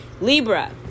libra